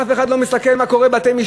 אף אחד לא מסתכל מה קורה בבתי-משפט,